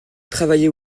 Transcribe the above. travailler